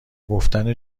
گفتن